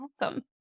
welcome